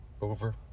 over